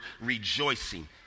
rejoicing